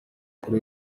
kuri